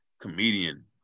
comedian